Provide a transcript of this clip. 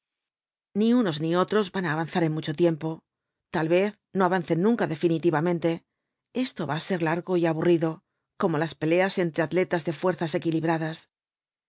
ni unos ni otros van á avanzar en mucho tiempo tal vez no avancen nunca definitivamente esto va á ser largo y aburrido como las peleas entre atletas de fuerzas equilibradas